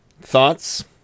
thoughts